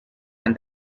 and